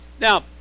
Now